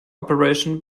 operation